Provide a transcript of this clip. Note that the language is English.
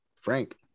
Frank